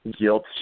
guilt